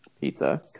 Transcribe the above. pizza